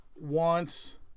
wants